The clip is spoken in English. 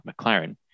McLaren